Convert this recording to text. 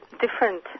different